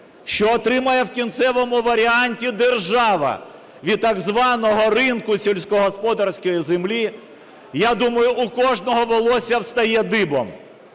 що отримає в кінцевому варіанті держава від так званого ринку сільськогосподарської землі, я думаю, у кожного волосся встає дибом.